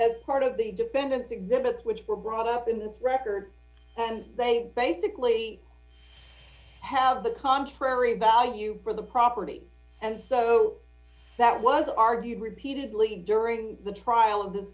t part of the dependence exhibits which were brought up in the record and they basically have the contrary value for the property and so that was argued repeatedly during the trial in this